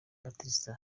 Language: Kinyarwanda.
baptiste